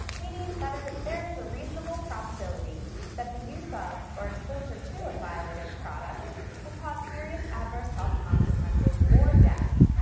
meaning that there is a reasonable probability that the use of or exposure to a violative product will cause serious adverse health consequences or death.